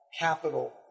capital